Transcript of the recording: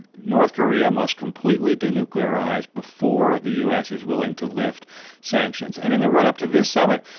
north korea must completely denuclearize before the u s. is willing to lift sanctions. and in the run up to this summit,